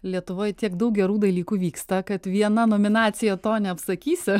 lietuvoj tiek daug gerų dalykų vyksta kad viena nominacija to neapsakysi